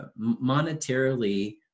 monetarily